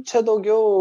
čia daugiau